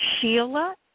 Sheila